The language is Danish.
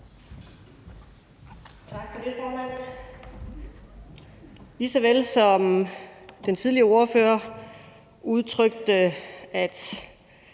Tak for det, formand. Lige såvel som den tidligere ordfører udtrykte, at